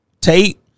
Tate